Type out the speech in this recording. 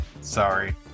Sorry